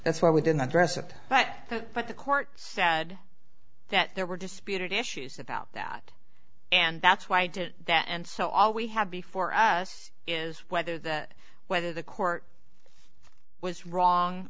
that's why we didn't address it but what the court said that there were disputed issues about that and that's why i did that and so all we have before us is whether that whether the court i was wrong